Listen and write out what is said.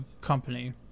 company